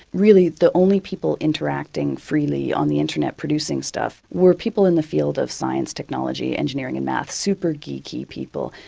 really the only people interacting freely on the internet, producing stuff, were people in the field of science, technology, engineering and maths super geeky people.